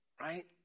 right